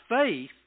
faith